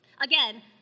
Again